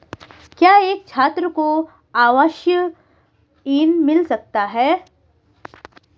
क्या एक छात्र को आवास ऋण मिल सकता है?